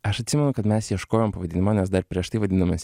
aš atsimenu kad mes ieškojom pavadinimo nes dar prieš tai vadinomės